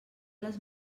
les